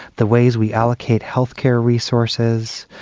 the ways we allocate healthcare resources,